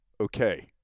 Okay